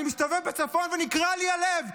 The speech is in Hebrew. אני מסתובב בצפון ונקרע לי הלב,